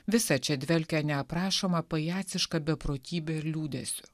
visa čia dvelkia neaprašoma pajaciška beprotybe ir liūdesiu